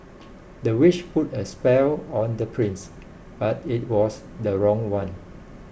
the witch put a spell on the prince but it was the wrong one